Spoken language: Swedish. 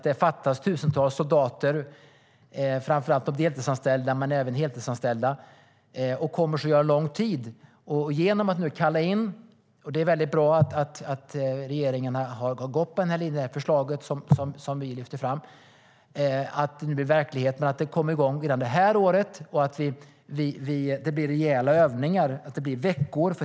Det fattas tusentals soldater, framför allt deltidsanställda men även heltidsanställda, och kommer så att göra under lång tid. Det är väldigt bra att regeringen har gått på det förslag som vi lyfte fram om att det hela blir verklighet och kommer igång redan det här året och att det blir rejäla övningar som håller på i veckor.